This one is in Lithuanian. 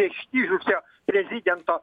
ištižusio prezidento